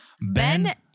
Ben